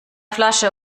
flasche